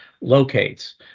locates